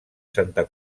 santa